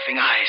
eyes